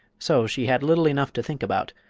so she had little enough to think about,